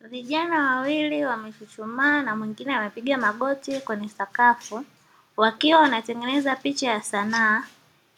Vijana wawili wamechuchumaa na mwingine amepiga magoti kwenye sakafu wakiwa wanatengeneza picha ya sanaa,